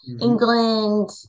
England